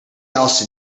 else